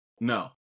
No